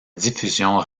diffusion